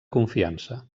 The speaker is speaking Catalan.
confiança